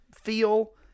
feel